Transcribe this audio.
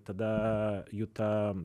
tada juta